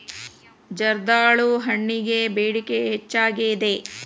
ಜರ್ದಾಳು ಹಣ್ಣಗೆ ಬೇಡಿಕೆ ಹೆಚ್ಚಾಗಿದೆ